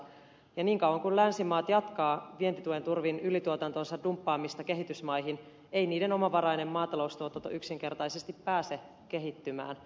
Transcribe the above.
ja niin kauan kuin länsimaat jatkavat vientituen turvin ylituotantonsa dumppaamista kehitysmaihin ei niiden omavarainen maataloustuotanto yksinkertaisesti pääse kehittymään